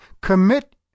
Commit